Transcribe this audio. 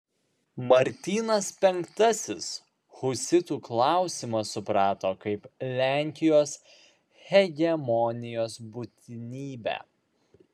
martynas penktasis husitų klausimą suprato kaip lenkijos hegemonijos būtinybę